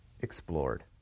explored